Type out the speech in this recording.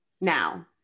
now